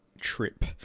trip